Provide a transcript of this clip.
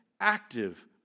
active